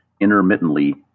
intermittently